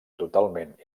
totalment